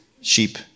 Sheep